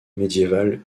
médiéval